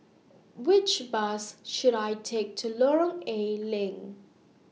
Which Bus should I Take to Lorong A Leng